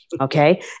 Okay